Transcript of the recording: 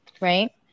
right